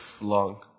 long